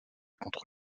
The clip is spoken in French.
contre